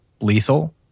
lethal